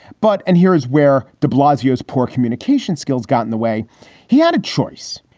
but and here's where de blasio has poor communication skills gotten the way he had a choice,